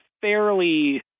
fairly